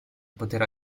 poter